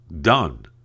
done